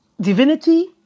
divinity